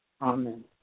Amen